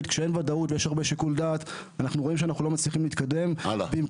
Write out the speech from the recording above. תרחיש שהוא גם חשוב מאוד בזמן מלחמה וגם בפיגוע טרור כי